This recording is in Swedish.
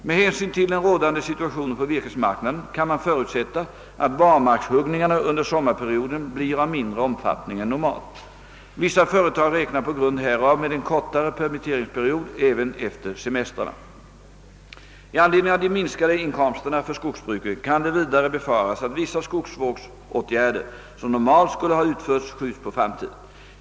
Med hänsyn till den rådande situationen på virkesmarknaden kan man förutsätta att barmarkshuggningarna under sommarperioden blir av mindre omfattning än normalt. Vissa företag räknar på grund härav med en kortare permitteringsperiod även efter semestrarna. I anledning av de minskade inkomsterna för skogsbruket kan det vidare befaras att vissa skogsvårdsåtgärder som normalt skulle ha utförts skjuts på framtiden.